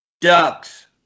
Ducks